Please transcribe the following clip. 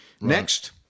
Next